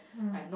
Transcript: mm